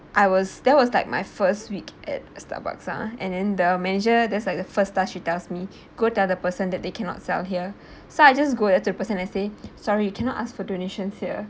I was that was like my first week at Starbucks ah and then the manager there's like the first things she tells me go tell the person that they cannot sell here so I just go at the person and say sorry you cannot ask for donations here